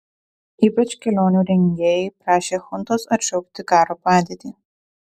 ypač kelionių rengėjai prašė chuntos atšaukti karo padėtį